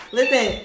Listen